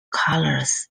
colors